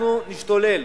אנחנו נשתולל.